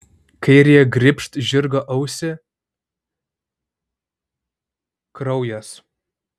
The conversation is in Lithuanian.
kairiąja grybšt žirgo ausį kraujas